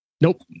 Nope